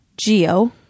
Geo